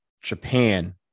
Japan